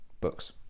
books